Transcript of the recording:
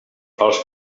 els